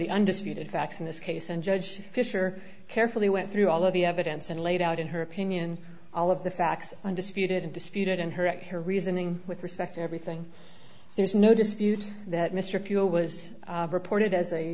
the undisputed facts in this case and judge fisher carefully went through all of the evidence and laid out in her opinion all of the facts undisputed and disputed and her and her reasoning with respect to everything there's no dispute that mr pugh was reported as a